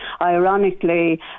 ironically